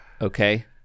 okay